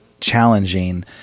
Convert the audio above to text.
challenging